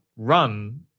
run